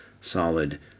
solid